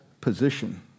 position